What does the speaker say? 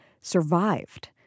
survived